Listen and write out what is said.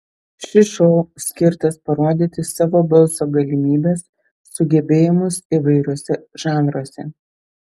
šis šou skirtas parodyti savo balso galimybes sugebėjimus įvairiuose žanruose